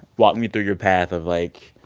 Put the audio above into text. walk me through your path of, like,